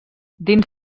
dins